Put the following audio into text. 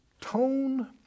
tone